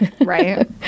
Right